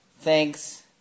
thanks